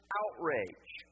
outrage